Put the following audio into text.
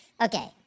Okay